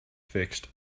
fixed